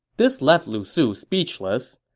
this left lu su speechless.